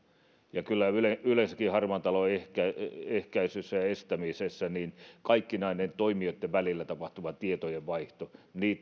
ja kyllä yleensäkin harmaan talouden ehkäisyssä ja estämisessä kaikkinaisen toimijoitten välillä tapahtuvan tietojenvaihdon